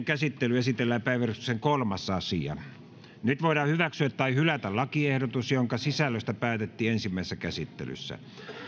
käsittelyyn esitellään päiväjärjestyksen kolmas asia nyt voidaan hyväksyä tai hylätä lakiehdotus jonka sisällöstä päätettiin ensimmäisessä käsittelyssä